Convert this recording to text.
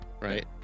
right